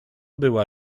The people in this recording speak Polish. była